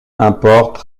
importe